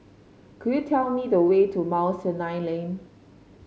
could you tell me the way to Mount Sinai Lane